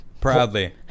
Proudly